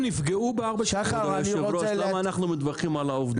כבוד היושב-ראש, למה אנחנו מתווכחים על העובדות?